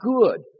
good